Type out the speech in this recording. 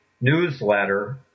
newsletter